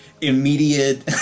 immediate